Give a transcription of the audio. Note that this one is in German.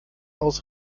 aus